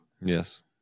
Yes